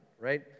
right